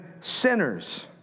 sinners